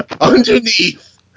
underneath